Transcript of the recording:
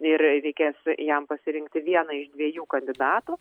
ir reikės jam pasirinkti vieną iš dviejų kandidatų